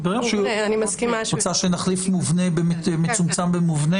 את רוצה שנחליף מצומצם במובנה?